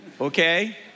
okay